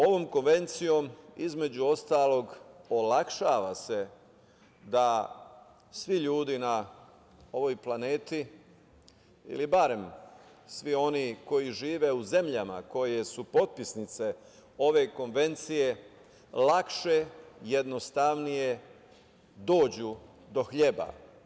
Ovom Konvencijom između ostalog olakšava se da svi ljudi na ovoj planeti ili barem svi oni koji žive u zemljama koje su potpisnice ove Konvencije lakše, jednostavnije dođu do hleba.